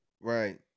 Right